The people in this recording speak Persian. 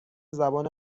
زبان